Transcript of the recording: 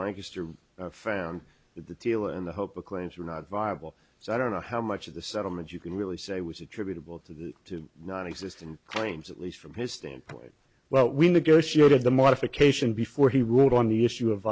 lancaster found the deal in the hope of claims are not viable so i don't know how much of the settlement you can really say was attributable to the non existent claims at least from his standpoint well we negotiated the modification before he would on the issue of